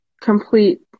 complete